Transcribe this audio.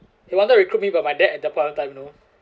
he wanted to recruit me but my dad at the point of time you know